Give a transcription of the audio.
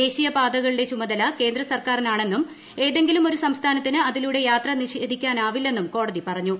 ദേശീയപാതകളുടെ ചുമതല കേന്ദ്ര സർക്കാരിനാണെന്നും ഏതെങ്കിലും ഒരു സംസ്ഥാനത്തിന് അതിലൂടെ യാത്ര നിഷേധിക്കാനാവില്ലെന്നും കോടതി പറഞ്ഞു